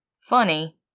Funny